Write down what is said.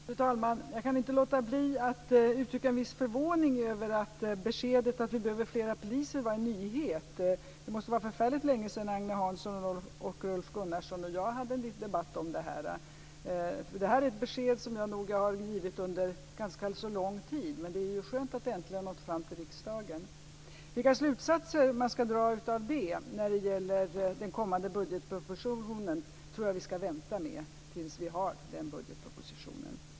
Fru talman! Jag kan inte låta bli att uttrycka en viss förvåning över att beskedet att vi behöver fler poliser är en nyhet. Det måste vara förfärligt länge sedan Agne Hansson, Rolf Gunnarsson och jag hade en debatt om det här. Det är nog ett besked som jag har givit under ganska lång tid, men det är skönt att det äntligen har nått fram till riksdagen. Vilka slutsatser man kan dra av det här när det gäller den kommande budgetpropositionen tror jag att vi ska vänta med tills vi har denna proposition.